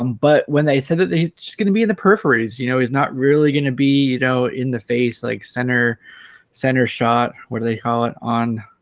um but when they said that he's just gonna be in the peripheries you know he's not really gonna be you know in the face like? center center shot what do they call it on